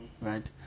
right